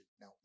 Now